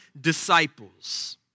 disciples